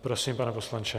Prosím, pane poslanče.